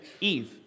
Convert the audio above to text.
Eve